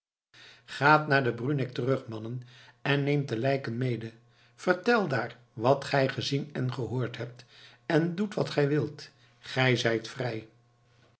gaat naar den bruneck terug mannen en neemt de lijken mede vertel daar wat gij gezien en gehoord hebt en doet wat gij wilt gij zijt vrij